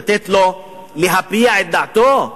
לתת לו להביע את דעתו.